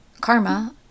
Karma